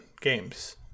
games